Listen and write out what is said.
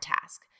task